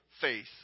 faith